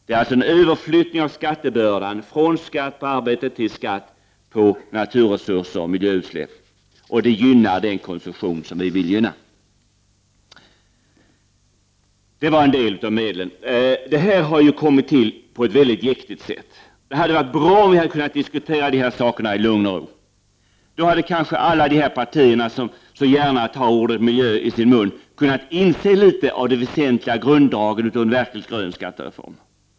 En sådan överflyttning av skattebördan från skatt på arbete till skatt på naturresurser och miljöutsläpp gynnar den konsumtion som vi vill gynna. Behandlingen av dessa frågor har ju skett på ett mycket jäktigt sätt. Det hade varit bra om vi hade kunnat diskutera de här sakerna i lugn och ro. Då hade kanske alla dessa partier som så gärna uttalar ordet miljö kunnat inse litet av de väsentliga grunddragen i en verkligt grön skattereform.